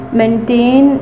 maintain